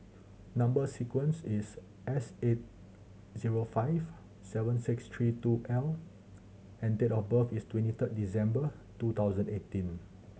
number sequence is S eight zero five seven six three two L and date of birth is twenty third December two thousand eighteen